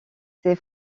ces